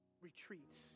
retreats